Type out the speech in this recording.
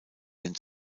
den